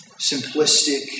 simplistic